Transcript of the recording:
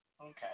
Okay